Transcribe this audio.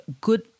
good